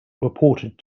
reported